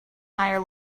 higher